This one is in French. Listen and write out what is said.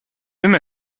même